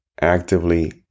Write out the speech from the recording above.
actively